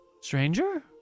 stranger